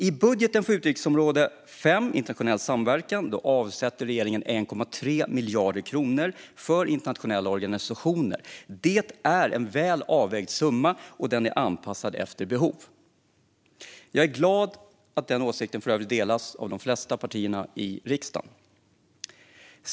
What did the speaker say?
I budgeten för utgiftsområde 5 Internationell samverkan avsätter regeringen 1,3 miljarder kronor för internationella organisationer. Det är en väl avvägd summa, och den är anpassad efter behov. Jag är glad att den åsikten delas av de flesta partierna i riksdagen.